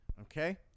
Okay